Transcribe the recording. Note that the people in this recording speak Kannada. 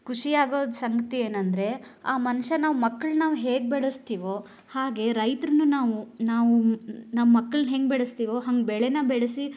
ಖುಷಿ ಆಗೋದು ಸಂಗತಿ ಏನೆಂದರೆ ಆ ಮನುಷ್ಯ ನಾವು ಮಕ್ಳನ್ನ ನಾವು ಹೇಗೆ ಬೆಳಸ್ತೀವೋ ಹಾಗೆ ರೈತರನ್ನು ನಾವು ನಾವು ನಮ್ಮ ಮಕ್ಳನ್ನ ಹೆಂಗೆ ಬೆಳೆಸ್ತೀವೋ ಹಂಗೆ ಬೆಳೆನ ಬೆಳೆಸಿ